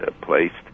placed